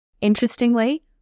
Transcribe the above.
Interestingly